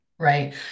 right